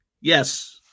yes